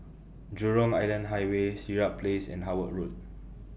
Jurong Island Highway Sirat Place and Howard Road